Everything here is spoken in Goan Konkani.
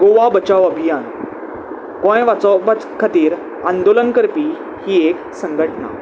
गोवा बचाव अभियान गोंय वाचोप खातीर आंदोलन करपी ही एक संघटना